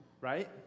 Right